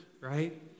right